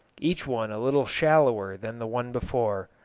each one a little shallower than the one before,